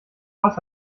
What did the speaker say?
boss